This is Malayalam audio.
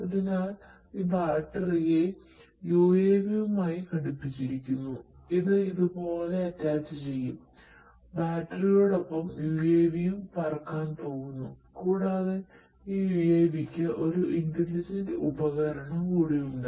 അതിനാൽ ഈ ബാറ്ററി കൂടിയുണ്ട്